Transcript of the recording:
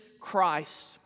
Christ